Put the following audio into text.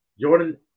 Jordan